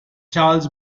charles